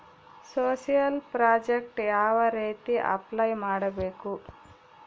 Social project ಯಾವ ರೇತಿ apply ಮಾಡಬೇಕು?